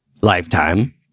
lifetime